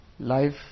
life